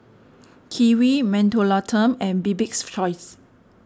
Kiwi Mentholatum and Bibik's Choice